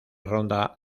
ronda